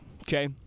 okay